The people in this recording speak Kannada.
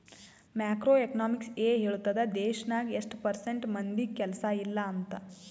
ಮ್ಯಾಕ್ರೋ ಎಕನಾಮಿಕ್ಸ್ ಎ ಹೇಳ್ತುದ್ ದೇಶ್ನಾಗ್ ಎಸ್ಟ್ ಪರ್ಸೆಂಟ್ ಮಂದಿಗ್ ಕೆಲ್ಸಾ ಇಲ್ಲ ಅಂತ